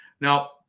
Now